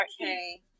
okay